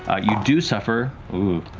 ah you do suffer, ooh.